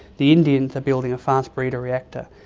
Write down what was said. the indians are building a fast breeder reactor.